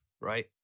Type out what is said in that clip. right